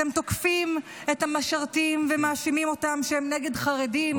אתם תוקפים את המשרתים ומאשימים אותם שהם נגד חרדים,